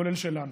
כולל שלנו.